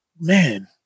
man